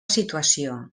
situació